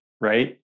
right